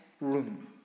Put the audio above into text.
room